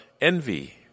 envy